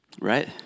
Right